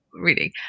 reading